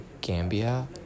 Gambia